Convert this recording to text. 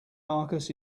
marcus